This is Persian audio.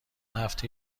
هفته